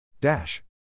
Dash